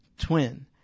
twin